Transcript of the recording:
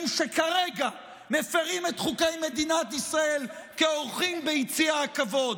שכרגע מפירים את חוקי מדינת ישראל כאורחים ביציע הכבוד.